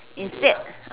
instead